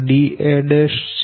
dac'